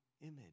image